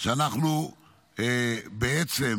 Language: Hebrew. שאנחנו בעצם